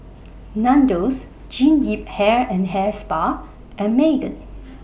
Nandos Jean Yip Hair and Hair Spa and Megan